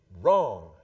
Wrong